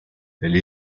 elle